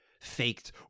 faked